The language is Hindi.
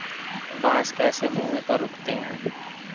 बांस कैसे भूमि पर उगते हैं?